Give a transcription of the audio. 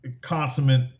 consummate